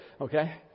okay